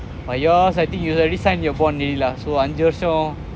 but yours I think you already so அஞ்சு வருஷோம்:anju varushom